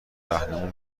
رهنمون